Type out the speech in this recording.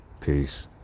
peace